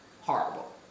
horrible